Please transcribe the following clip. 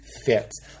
fits